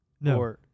No